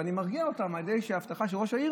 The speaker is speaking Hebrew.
ואני מרגיע אותם על ידי הבטחה של ראש העיר